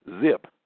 Zip